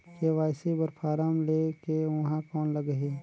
KYC बर form ले के ऊहां कौन लगही?